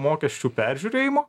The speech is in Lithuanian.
mokesčių peržiūrėjimo